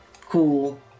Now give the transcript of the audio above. cool